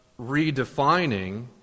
redefining